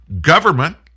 government